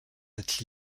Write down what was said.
cette